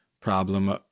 problem